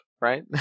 right